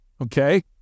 Okay